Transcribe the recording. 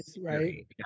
right